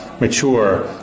mature